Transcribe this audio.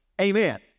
amen